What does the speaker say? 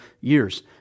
years